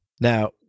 Now